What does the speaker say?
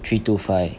three two five